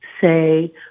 say